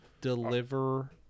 deliver